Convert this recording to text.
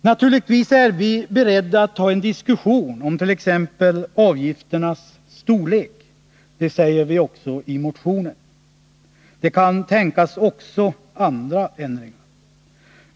Naturligtvis är vi beredda att ta en diskussion t.ex. om avgifternas storlek, och det säger vi också i motionen. Också andra ändringar kan tänkas.